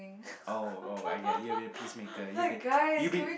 oh oh right ya you be a peacemaker you be you be